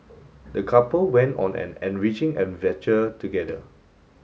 the couple went on an enriching adventure together